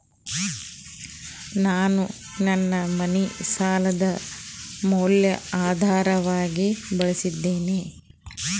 ನಾನು ನನ್ನ ಮನಿ ಸಾಲದ ಮ್ಯಾಲ ಆಧಾರವಾಗಿ ಬಳಸಿದ್ದೇನೆ